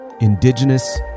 indigenous